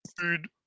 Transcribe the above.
food